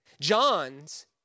John's